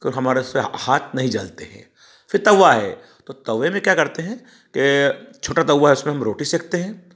कि हमारे सो हाथ नहीं जलते हैं फिर तवा है तो तवे में क्या करते हैं के छोटा तवा है उस पर हम रोटी सेंकते हैं